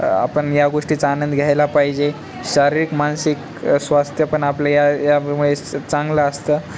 आपण या गोष्टीचा आनंद घ्यायला पाहिजे शारीरिक मानसिक स्वास्थ्यपण आपलं या यामुळे चांगलं असतं